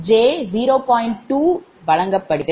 2 வழங்கப்படுகிறது